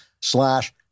slash